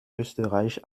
österreich